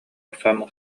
охсон